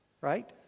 right